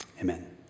Amen